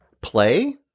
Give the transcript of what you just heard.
play